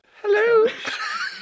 Hello